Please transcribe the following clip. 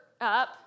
up